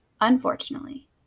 Unfortunately